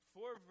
Four